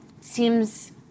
seems